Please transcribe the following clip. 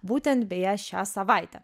būtent beje šią savaitę